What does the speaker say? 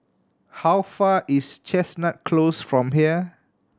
how far is Chestnut Close from here